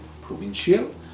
provincial